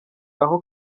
aho